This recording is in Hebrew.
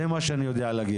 זה מה שאני יודע להגיד.